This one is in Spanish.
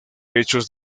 hechos